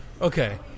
Okay